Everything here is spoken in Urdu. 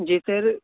جی سر